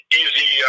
easy